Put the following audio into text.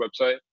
website